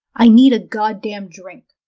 i need a goddamn drink.